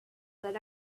that